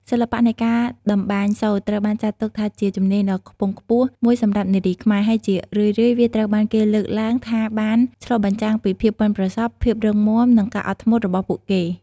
សិល្បៈនៃការតម្បាញសូត្រត្រូវបានចាត់ទុកថាជាជំនាញដ៏ខ្ពង់ខ្ពស់មួយសម្រាប់នារីខ្មែរ ហើយជារឿយៗវាត្រូវបានគេលើកឡើងថាបានឆ្លុះបញ្ចាំងពីភាពប៉ិនប្រសប់ ភាពរឹងមាំ និងការអត់ធ្មត់របស់ពួកគេ។